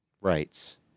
rights